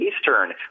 Eastern